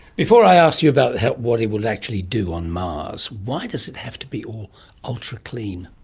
before i ask you about what it would actually do on mars, why does it have to be all ultra-clean?